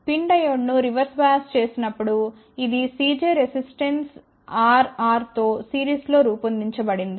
PIN diode ను reverse bias చేసినప్పుడు ఇది Cj రెసిస్టెన్స్ Rr తో సిరీస్లో రూపొందించబడింది